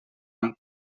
amb